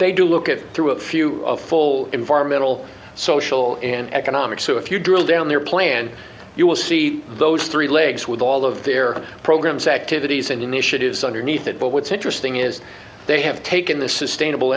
they do look at through a few full environmental social and economic so if you drill down their plan you will see those three legs with all of their programs activities and initiatives underneath it but what's interesting is they have taken the sustainable